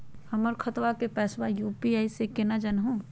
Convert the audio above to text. हमर खतवा के पैसवा यू.पी.आई स केना जानहु हो?